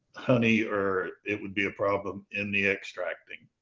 honey or it would be a problem in the extracting.